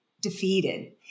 defeated